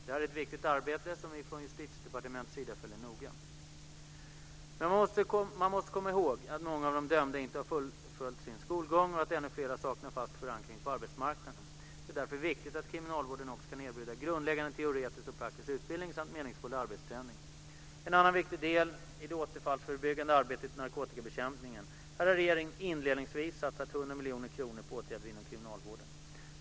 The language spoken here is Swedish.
Det här är ett viktigt arbete som vi från Justitiedepartementets sida följer noga. Man måste komma ihåg att många av de dömda inte har fullföljt sin skolgång och att ännu fler saknar fast förankring på arbetsmarknaden. Det är därför viktigt att kriminalvården också kan erbjuda grundläggande teoretisk och praktisk utbildning samt meningsfull arbetsträning. En annan viktig del i det återfallsförebyggande arbetet är narkotikabekämpningen. Här har regeringen inledningsvis satsat 100 miljoner kronor på åtgärder inom kriminalvården.